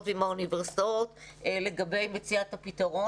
ועם האוניברסיטאות לגבי מציאת הפתרון.